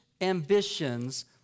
ambitions